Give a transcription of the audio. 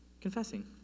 Confessing